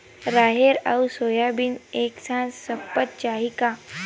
राहेर अउ सोयाबीन एक साथ सप्ता चाही का?